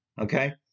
Okay